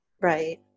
Right